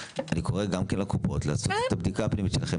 אני קורא גם כן לקופות לעשות את הבדיקה הפנימית שלהן,